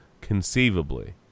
Conceivably